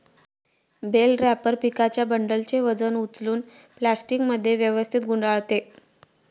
bell wrapper पिकांच्या बंडलचे वजन उचलून प्लास्टिकमध्ये व्यवस्थित गुंडाळते